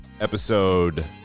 episode